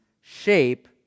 shape